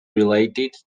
related